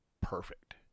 perfect